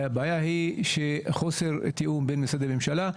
הבעיה היא חוסר התיאום בין משרדי ממשלה,